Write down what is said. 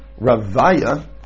Ravaya